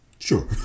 Sure